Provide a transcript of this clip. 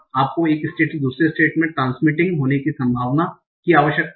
आपको एक स्टेट से दूसरे स्टेट में ट्रांसमीटिंग होने की संभावना की आवश्यकता है